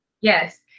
yes